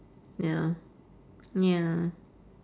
ya ya